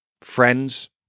Friends